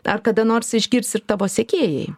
ar kada nors išgirs ir tavo sekėjai